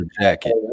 jacket